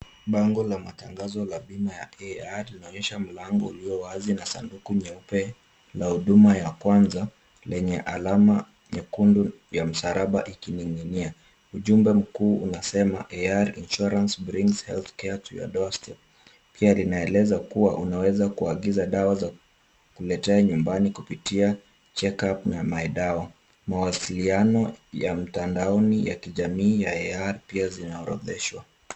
Bango la matangazo la bima ya AAR, linaloonyesha mlango ulio wazi na sanduku nyeupe la huduma ya kwanza, lenye alama nyekundu ya msalaba ikining’inia. Ujumbe mkuu unasema: AAR Insurance brings healthcare to your doorstep . Pia linaeleza kuwa unaweza kuagiza dawa za kuletea nyumbani kupitia checkup na myDawa . Mawasiliano ya mtandaoni ya kijamii ya AAR pia zimeorodheshwa.